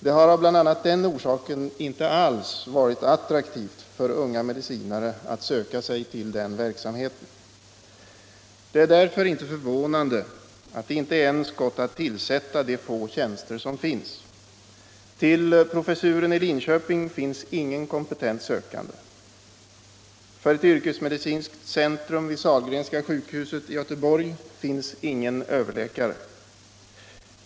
Det har bl.a. av den orsaken inte alls varit attraktivt för unga medicinare att söka sig till den verksamheten. Det är därför inte förvånande att det inte ens gått att tillsätta de få tjänster som finns. Till professuren i Linköping finns ingen kompetent sökande. För ett yrkesmedicinskt centrum vid Sahlgrenska sjukhuset i Göteborg finns ingen överläkare.